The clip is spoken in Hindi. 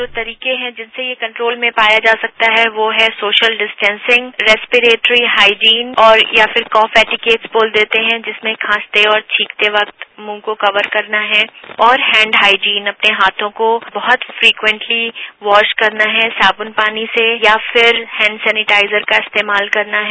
जो तरीके हैं जिससे ये कंट्रोल में पाया जा सकता है वो हैं सोशल डिस्टॅशिंग रेस्प्रेटरी हाइजीन और या फिर कफ एटीकेट बोल देते हैं जिसमें खांसते और छींकते कक्र मुंह को कवर करना है और हैंड हाइजीन अपने हाथों को बहुत फ्रिक्चेंटली वॉस करना है साबुन पानी से या फ़िर हैंड सेनेटाइजर का इस्तेमाल करना है